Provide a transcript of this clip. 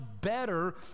better